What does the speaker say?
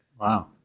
Wow